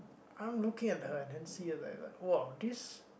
I'm looking at her and then see is like like !wow! this